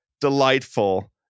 delightful